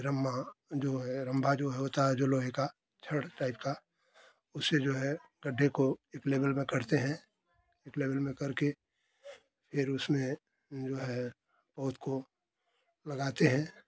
रम्मा जो है रम्भा जो है होता है लोहे का छड़ टाइप का उससे जो है गड्ढे को एक लेवल में करते हैं एक लेवल में करके फिर उसमें जो है पौध उसको लगाते हैं